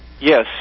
Yes